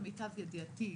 למיטב ידיעתי,